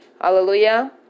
hallelujah